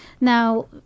Now